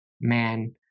man